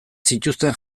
zituzten